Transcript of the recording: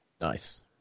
Nice